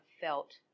felt